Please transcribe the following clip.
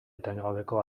etengabeko